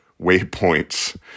waypoints